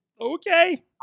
Okay